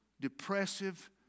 depressive